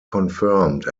confirmed